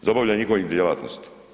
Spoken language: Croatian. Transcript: Za obavljanje njihovih djelatnosti.